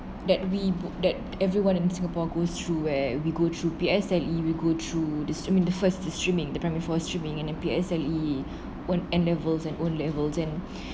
that we book that everyone in singapore goes through where we go through P_S_L_E we go through the tri~ the first is streaming the primary four streaming and then P_S_L_E N levels and O levels and